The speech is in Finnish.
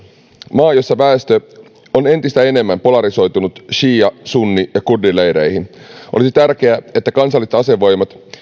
maa jossa väestö on entistä enemmän polarisoitunut siia sunni ja kurdileireihin olisi tärkeää että kansalliset asevoimat